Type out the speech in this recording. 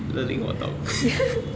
乐龄活动